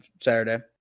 Saturday